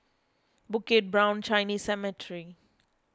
Bukit Brown Chinese Cemetery